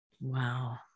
Wow